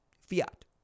Fiat